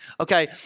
okay